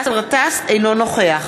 אינו נוכח